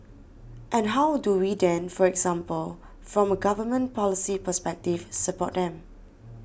and how do we then for example from a government policy perspective support them